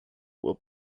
will